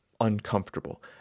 uncomfortable